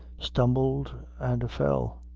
stumbled and fell.